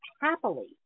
happily